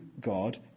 God